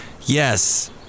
Yes